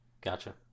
Gotcha